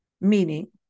Meaning